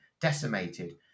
decimated